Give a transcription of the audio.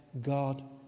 God